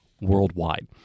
Worldwide